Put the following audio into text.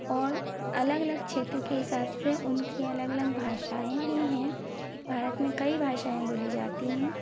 और अलग अलग क्षेत्र के हिसाब से उनकी अलग अलग भाषाएं भी हैं भारत में कई भाषाएं बोली जाती हैं